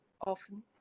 often